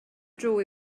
dro